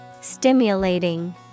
Stimulating